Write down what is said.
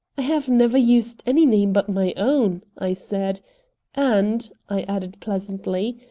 i have never used any name but my own, i said and, i added pleasantly,